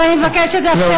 ואני מבקשת לאפשר לי לשאול,